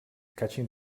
catching